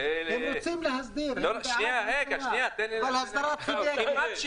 הם רוצים להסדיר, הם בעד הסדרה, אבל הסדרה צודקת,